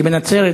כי בנצרת,